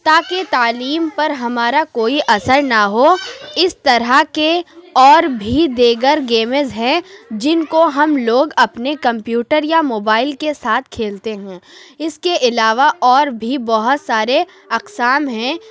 تاکہ تعلیم پر ہمارا کوئی اثر نہ ہو اِس طرح کے اور بھی دیگر گیمز ہیں جن کو ہم لوگ اپنے کمپیوٹر یا موبائل کے ساتھ کھیلتے ہیں اِس کے علاوہ اور بھی بہت سارے اقسام ہیں